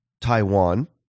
Taiwan